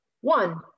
one